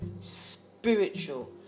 spiritual